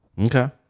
Okay